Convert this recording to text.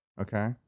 Okay